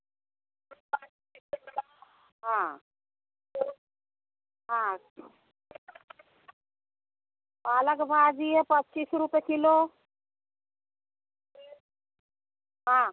हाँ हाँ पालक भाजी है पच्चीस रुपये किलो हाँ